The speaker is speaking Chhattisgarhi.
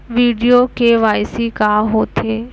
वीडियो के.वाई.सी का होथे